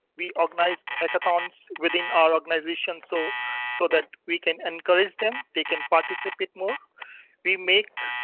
we organize hackathons within our organization so so that we can encourage them. they can participate more we make.